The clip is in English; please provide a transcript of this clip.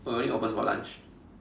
oh it only opens for lunch